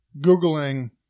Googling